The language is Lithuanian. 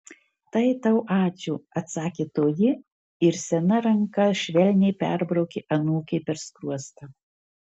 tai tau ačiū atsakė toji ir sena ranka švelniai perbraukė anūkei per skruostą